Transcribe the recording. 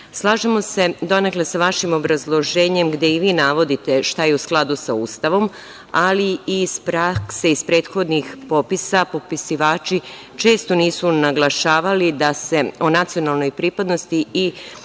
se donekle sa vašim obrazloženjem gde i vi navodite šta je u skladu sa Ustavom, ali i iz prakse iz prethodnih popisa, popisivači često nisu naglašavali da se o nacionalnoj pripadnosti i